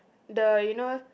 the you know